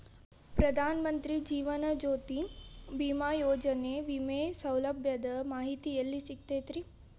ಪ್ರಧಾನ ಮಂತ್ರಿ ಜೇವನ ಜ್ಯೋತಿ ಭೇಮಾಯೋಜನೆ ವಿಮೆ ಸೌಲಭ್ಯದ ಮಾಹಿತಿ ಎಲ್ಲಿ ಸಿಗತೈತ್ರಿ?